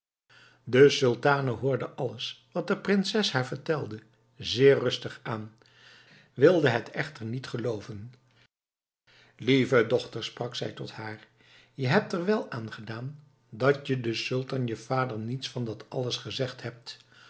de sultane hoorde alles wat de prinses haar vertelde zeer rustig aan wilde het echter niet gelooven lieve dochter sprak zij tot haar je hebt er wel aan gedaan dat je den sultan je vader niets van dat alles gezegd hebt